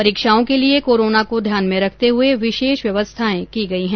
परीक्षाओं के लिये कोरोना को ध्यान में रखते हुए विशेष व्यवस्थाए की गयी हैं